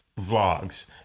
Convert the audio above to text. vlogs